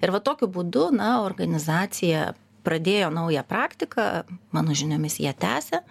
ir vat tokiu būdu na organizacija pradėjo naują praktiką mano žiniomis ją tęsia